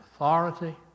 Authority